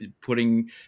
putting